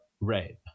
rape